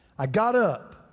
i got up